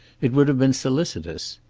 it would have been solicitous.